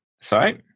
Sorry